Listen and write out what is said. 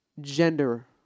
gender